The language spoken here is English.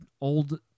old